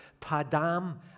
Padam